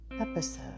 episode